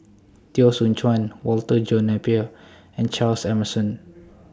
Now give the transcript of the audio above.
Teo Soon Chuan Walter John Napier and Charles Emmerson